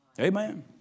Amen